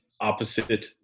opposite